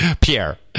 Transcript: Pierre